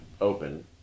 open